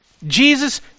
Jesus